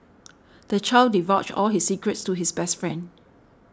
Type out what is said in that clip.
the child divulged all his secrets to his best friend